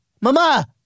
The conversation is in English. mama